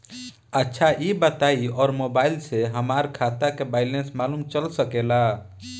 अच्छा ई बताईं और मोबाइल से हमार खाता के बइलेंस मालूम चल सकेला?